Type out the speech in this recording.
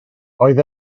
doedd